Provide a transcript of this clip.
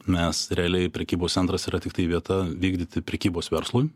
nes realiai prekybos centras yra tiktai vieta vykdyti prekybos verslui